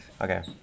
Okay